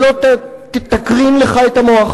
שלא תקרין לך את המוח,